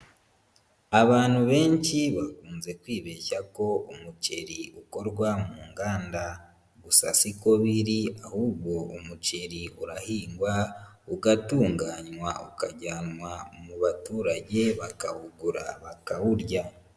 Abantu benshi bakunze kwibeshya ko umuceri ukorwa mu nganda, gusa si ko biri ahubwo umuceri urahingwa, ugatunganywa, ukajyanwa mu baturage bakawugura bakawurya.